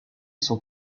son